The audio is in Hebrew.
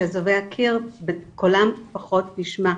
שאזובי הקיר קולם פחות נשמע,